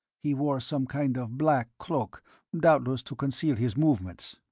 he wore some kind of black cloak doubtless to conceal his movements.